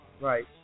Right